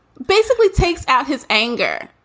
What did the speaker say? basically takes out his anger.